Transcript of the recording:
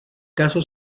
caso